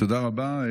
תודה רבה.